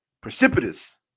precipitous